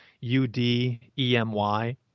u-d-e-m-y